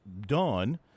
done –